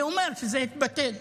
זה אומר שזה התבטל.